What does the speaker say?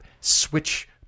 switch